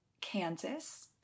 Kansas